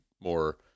more